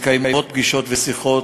מתקיימות פגישות ושיחות,